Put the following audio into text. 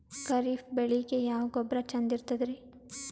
ಖರೀಪ್ ಬೇಳಿಗೆ ಯಾವ ಗೊಬ್ಬರ ಚಂದ್ ಇರತದ್ರಿ?